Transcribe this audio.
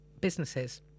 businesses